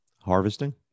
Harvesting